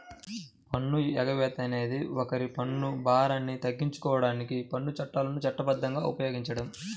పన్ను ఎగవేత అనేది ఒకరి పన్ను భారాన్ని తగ్గించడానికి పన్ను చట్టాలను చట్టబద్ధంగా ఉపయోగించడం